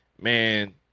man